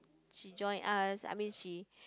she join us I mean she